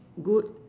good